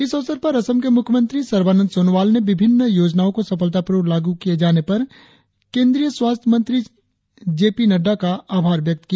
इस अवसर पर असम के मुख्यमंत्री सर्बानंद सोनोवाल ने विभिन्न योजनाओं के सफलतापूर्वक लागू किए जाने पर केंद्रीय स्वास्थ्य मंत्री के पी नड्डा का आभार व्यक्त किया